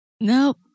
Nope